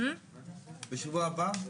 בשבוע הבא?